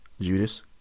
Judas